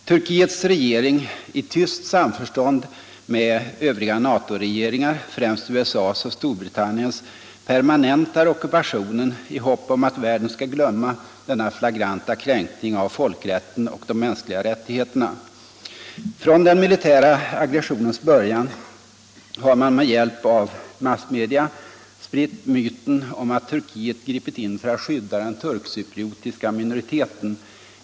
Turkiets regering i tyst samförstånd med övriga NATO-regeringar, främst USA:s och Storbritanniens, permanentar ockupationen i hopp om att världen skall glömma denna flagranta kränkning av folkrätten och de mänskliga rättigheterna. Från den militära aggressionens början har man med hjälp av massmedia spritt myten om att Turkiet gripit in för att skydda den turkcypriotiska minoriteten.